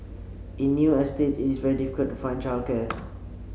in new estates it is very difficult to find childcare